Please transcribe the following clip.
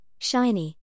shiny